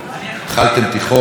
התחלתם תיכון,